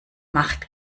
macht